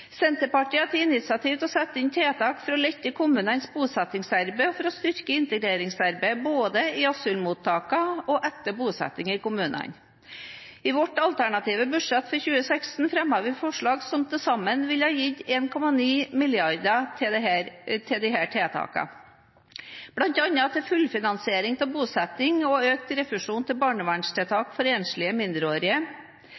Senterpartiet har tatt initiativ til å sette inn tiltak for å lette kommunenes bosettingsarbeid og for å styrke integreringsarbeidet både i asylmottakene og etter bosetting i kommunene. I vårt alternative budsjett for 2016 fremmet vi forslag som til sammen ville gi 1,9 mrd. kr til disse tiltakene, bl.a. til fullfinansiering av bosetting, til økt refusjon til barnevernstiltak for enslige mindreårige asylsøkere, til